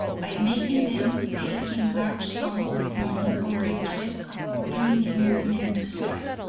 by making them pay him large sums of money, under threats of ordering union men to strike.